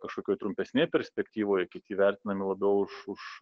kažkokioj trumpesnėj perspektyvoj kiti įvertinami labiau už už